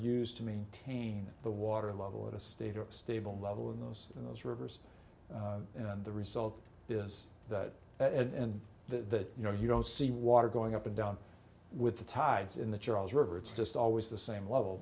used to maintain the water level at a state of stable level in those in those rivers and the result is that and that you know you don't see water going up and down with the tides in the charles river it's just always the same level